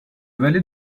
valet